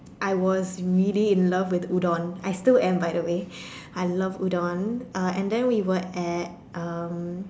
I was really in love with udon I still am by the way I love udon uh and then we were at um